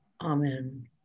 Amen